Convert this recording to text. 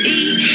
eat